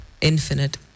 infinite